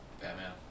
Batman